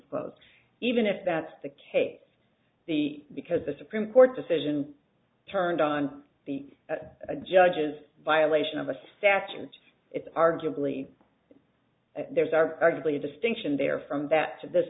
d even if that's the case the because the supreme court's decision turned on the judge's violation of a statute it's arguably there's are actually a distinction there from that to this